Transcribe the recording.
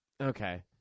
Okay